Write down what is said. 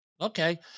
Okay